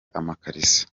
amakariso